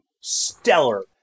stellar